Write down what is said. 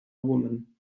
woman